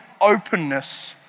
openness